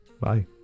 Bye